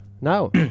now